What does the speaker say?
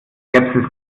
skepsis